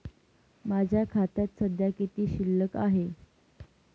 माझ्या खात्यात सध्या किती शिल्लक आहे?